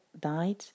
died